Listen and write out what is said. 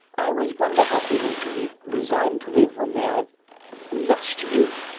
i always wonder how people can be resigned to live, when they have lost youth,